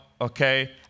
okay